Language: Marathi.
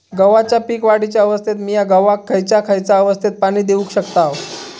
गव्हाच्या पीक वाढीच्या अवस्थेत मिया गव्हाक खैयचा खैयचा अवस्थेत पाणी देउक शकताव?